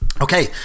Okay